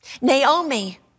Naomi